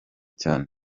cyane